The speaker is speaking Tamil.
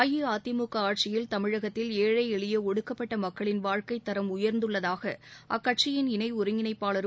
அஇஅதிமுக ஆட்சியில் தமிழகத்தில் ஏழை எளிய ஒடுக்கப்பட்ட மக்களின் வாழ்க்கை தரம் உயர்ந்துள்ளதாக அக்கட்சியின் இணை ஒருங்கிணைப்பாளரும்